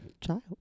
child